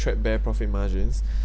threadbare profit margins